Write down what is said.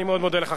אני מאוד מודה לך.